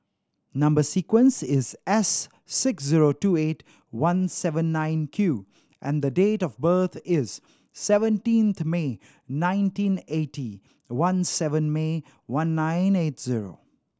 number sequence is S six zero two eight one seven nine Q and the date of birth is seventeenth May nineteen eighty one seven May one nine eight zero